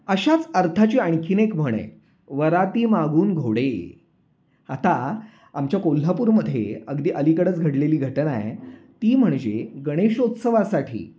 अशाच अर्थाची आणखीन एक म्हण आहे वरातीमागून घोडे आता आमच्या कोल्हापूरमध्ये अगदी अलीकडंच घडलेली घटना आहे ती म्हणजे गणेशोत्सवासाठी